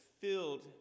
filled